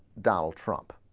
donald trump